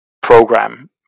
program